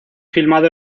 filmado